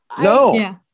No